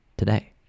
today